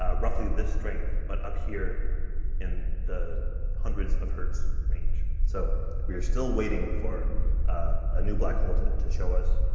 roughly this strength, but up here in the hundreds of hertz range. so we are still waiting for a new black hole to to show us,